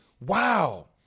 wow